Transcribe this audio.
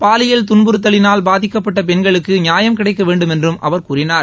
பாலியல் துன்புறுத்தலினால் பாதிக்கப்பட்ட பெண்களுக்கு நியாயம் கிடைக்க வேண்டுமென்றும் அவர் கூறினார்